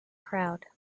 crowd